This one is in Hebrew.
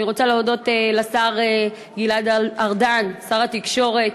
אני רוצה להודות לשר גלעד ארדן, שר התקשורת,